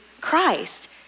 Christ